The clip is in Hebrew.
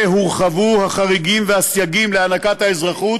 הורחבו החריגים והסייגים להענקת האזרחות,